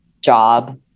job